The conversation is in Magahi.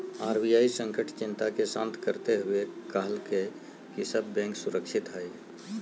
आर.बी.आई संकट चिंता के शांत करते हुए कहलकय कि सब बैंक सुरक्षित हइ